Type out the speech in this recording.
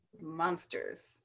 Monsters